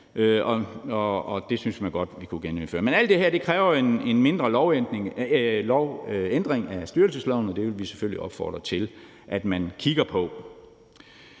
det synes vi godt man kunne genindføre. Men alt det her kræver en mindre ændring af styrelsesloven, og det vi vil selvfølgelig opfordre til at man kigger på.